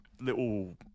little